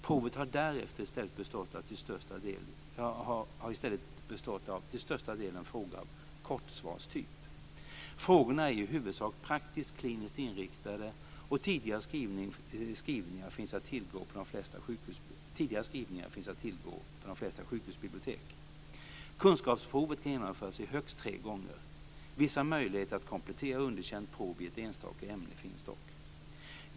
Provet har därefter i stället bestått av till största delen frågor av kortsvarstyp. Frågorna är i huvudsak praktiskt kliniskt inriktade och tidigare skrivningar finns att tillgå på de flesta sjukhusbibliotek. Kunskapsprovet kan genomföras högst tre gånger. Vissa möjligheter att komplettera underkänt prov i ett enstaka ämne finns dock.